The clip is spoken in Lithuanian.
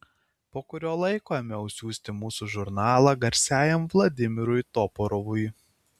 po kurio laiko ėmiau siųsti mūsų žurnalą garsiajam vladimirui toporovui